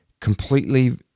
completely